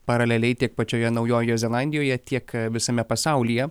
paraleliai tiek pačioje naujojoje zelandijoje tiek visame pasaulyje